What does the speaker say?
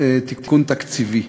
תיקון תקציבי: